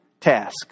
task